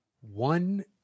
One